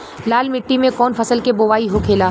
लाल मिट्टी में कौन फसल के बोवाई होखेला?